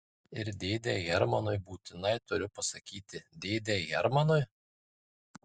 ir dėdei hermanui būtinai turiu pasakyti dėdei hermanui